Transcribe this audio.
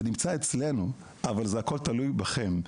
זה נמצא אצלנו אבל זה הכול תלוי בכם,